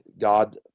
God